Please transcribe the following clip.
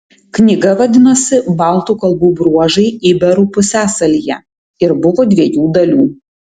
knyga vadinosi baltų kalbų bruožai iberų pusiasalyje ir buvo dviejų dalių